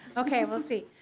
okay will say.